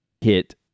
hit